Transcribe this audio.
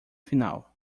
final